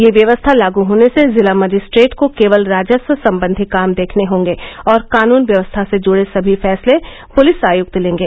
यह व्यवस्था लागू होने से जिला मजिस्ट्रेट को केवल राजस्व संबंधी काम देखने हॉगे और कानून व्यवस्था से जूडे समी फैसले पुलिस आयुक्त लेंगे